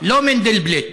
לא מנדלבליט.